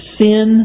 sin